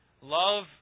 Love